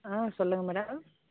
ஆ சொல்லுங்கள் மேடம்